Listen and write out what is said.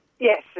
Yes